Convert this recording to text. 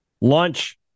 Lunch